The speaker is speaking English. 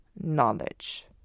knowledge